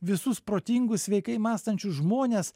visus protingus sveikai mąstančius žmones